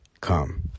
come